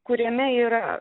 kuriame yra